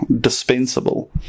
dispensable